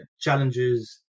challenges